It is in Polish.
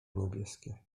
niebieskie